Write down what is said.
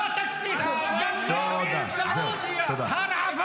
לא ייכנעו אלא בפני אללה.) להרוג